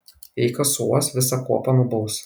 jei kas suuos visą kuopą nubaus